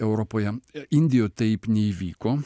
europoje indijoj taip neįvyko